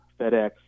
FedEx